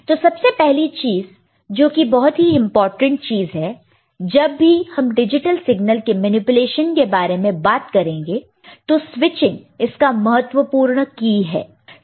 तो सबसे पहली चीज जो कि बहुत ही इंपॉर्टेंट चीज है कि जब भी हम डिजिटल सिग्नल के मैनिपुलेशन के बारे में बात करेंगे तो स्विचिंग इसका महत्वपूर्ण की है